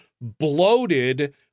bloated